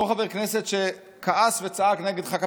אותו חבר כנסת שכעס וצעק נגד חקיקה